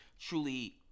truly